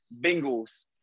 Bengals